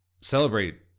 celebrate